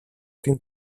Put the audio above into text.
την